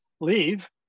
leave